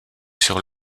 sur